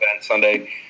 Sunday